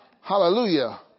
Hallelujah